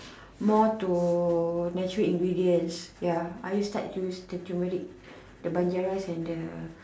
more to natural ingredients ya I start use the turmeric the banjaras and the